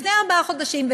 לפני ארבעה חודשים,